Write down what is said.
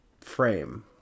frame